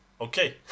Okay